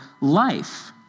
life